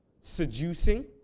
seducing